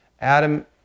adam